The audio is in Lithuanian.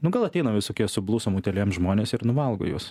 nu gal ateina visokie su blusom utėlėm žmonės ir nuvalgo juos